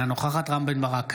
אינה נוכחת רם בן ברק,